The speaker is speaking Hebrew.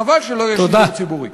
חבל שלא יהיה שידור ציבורי.